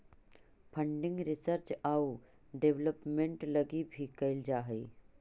funding research आउ development लगी भी कैल जा हई